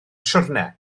siwrne